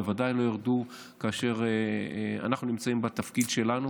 בוודאי לא ירדו כאשר אנחנו נמצאים בתפקיד שלנו,